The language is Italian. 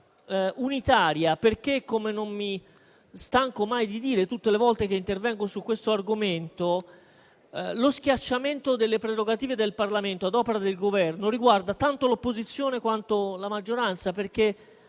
unitaria. Non mi stanco mai di dire tutte le volte che intervengo su questo argomento che lo schiacciamento delle prerogative del Parlamento ad opera del Governo riguarda tanto l'opposizione quanto la maggioranza. Anche